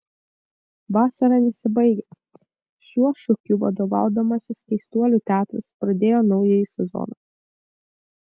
vasara nesibaigia šiuo šūkiu vadovaudamasis keistuolių teatras pradėjo naująjį sezoną